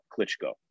Klitschko